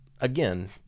again